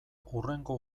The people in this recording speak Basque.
hurrengo